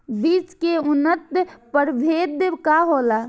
बीज के उन्नत प्रभेद का होला?